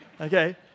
Okay